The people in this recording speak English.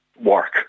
work